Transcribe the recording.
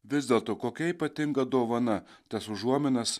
vis dėlto kokia ypatinga dovana tas užuominas